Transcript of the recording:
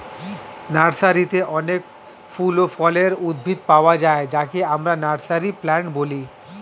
নার্সারিতে অনেক ফল ও ফুলের উদ্ভিদ পাওয়া যায় যাকে আমরা নার্সারি প্লান্ট বলি